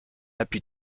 appui